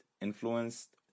influenced